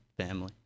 family